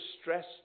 stress